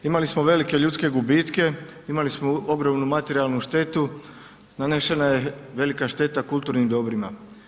Imali smo velike ljudske gubitke, imali smo ogromnu materijalnu štetu, nanesena je velika šteta kulturnim dobrima.